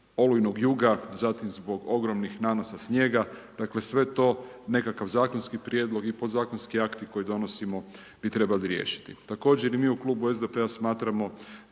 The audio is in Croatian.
olujnog juta, zatim zbog ogromnih nanosa snijega, dakle, sve to, nekakav zakonski prijedlog i podzakonski akti, koji donosimo bi trebali riješiti. Također mi u Klubu SDP-a smatramo,